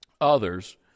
others